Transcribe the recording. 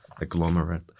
agglomerate